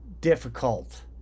difficult